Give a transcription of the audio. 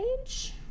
age